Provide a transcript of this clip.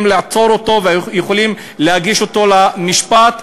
לעצור אותו והיו יכולים להביא אותו למשפט.